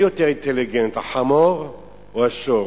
מי יותר אינטליגנט, החמור או השור?